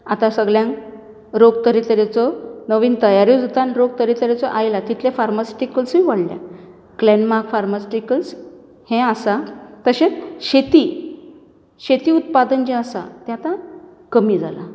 आतां सगळ्यांक रोग तरे तरेचो नवीन तयारूय जाता आनी रोग तरे तरेचो आयला तितले फार्मास्युटीकल्सूय वाडल्या ग्लेनमार्क फार्मास्युटीकल्स हें आसा तशेंच शेती शेती उत्पादन जें आसा तें आतां कमी जालां